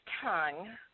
tongue